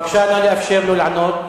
בבקשה, נא לאפשר לו לענות.